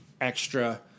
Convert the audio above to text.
extra